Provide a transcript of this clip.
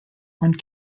one